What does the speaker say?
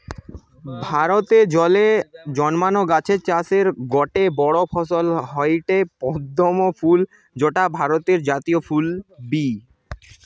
ভারতে জলে জন্মানা গাছের চাষের গটে বড় ফসল হয়ঠে পদ্ম ফুল যৌটা ভারতের জাতীয় ফুল বি